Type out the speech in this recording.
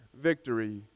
victory